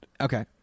Okay